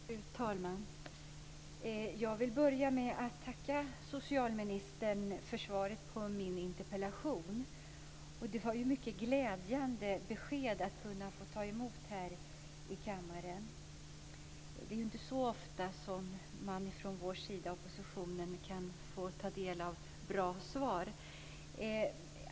Fru talman! Jag vill börja med att tacka socialministern för svaret på min interpellation. Det var ett mycket glädjande besked att få ta emot här i kammaren. Det är inte så ofta som vi i oppositionen får ta del av bra svar.